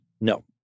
No